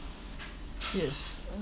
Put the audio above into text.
yes uh